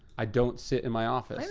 i don't sit in my office,